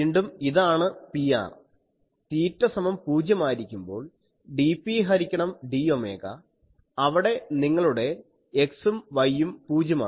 വീണ്ടും ഇതാണ് Pr തീറ്റ സമം പൂജ്യമായിരിക്കുമ്പോൾ dP ഹരിക്കണം d ഒമേഗ അവിടെ നിങ്ങളുടെ X ഉം Y ഉം പൂജ്യമാണ്